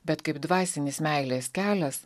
bet kaip dvasinis meilės kelias